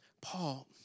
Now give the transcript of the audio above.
Paul